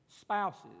spouses